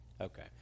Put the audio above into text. Okay